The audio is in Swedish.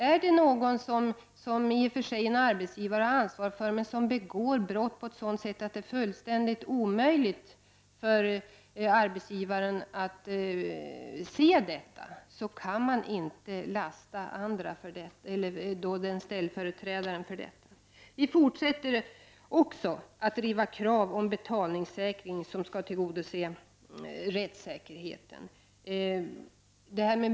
Om någon som arbetsgivaren har ansvar för begår brott och det är fullkomligt omöjligt för arbetsgivaren att känna till detta, kan inte ställföreträdaren lastas. Vi fortsätter att driva krav på betalningssäkring som skall tillgodose rättssäkerheten.